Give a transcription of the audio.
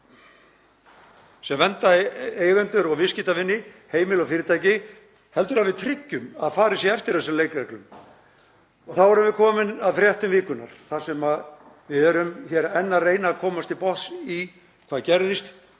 sem vernda eigendur og viðskiptavini, heimili og fyrirtæki heldur að við tryggjum að farið sé eftir þessum leikreglum. Þá erum við komin að fréttum vikunnar þar sem við erum enn að reyna að komast til botns í því hvað gerðist,